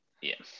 yes